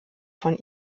von